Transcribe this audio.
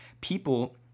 people